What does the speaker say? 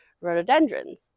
rhododendrons